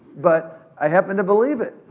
but, i happen to believe it,